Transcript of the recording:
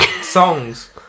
songs